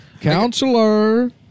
Counselor